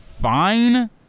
fine